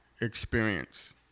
experience